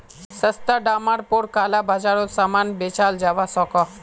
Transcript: सस्ता डामर पोर काला बाजारोत सामान बेचाल जवा सकोह